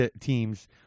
teams